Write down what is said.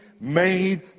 made